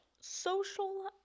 social